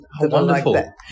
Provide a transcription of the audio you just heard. Wonderful